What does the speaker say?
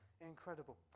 incredible